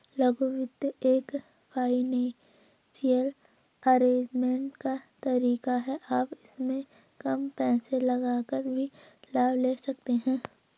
लघु वित्त एक फाइनेंसियल अरेजमेंट का तरीका है आप इसमें कम पैसे लगाकर भी लाभ ले सकते हैं